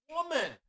Woman